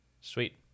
Sweet